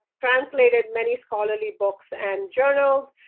translated many scholarly books and journals.